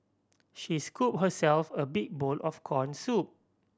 she scooped herself a big bowl of corn soup